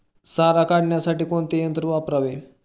सारा काढण्यासाठी कोणते यंत्र वापरावे?